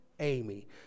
Amy